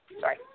sorry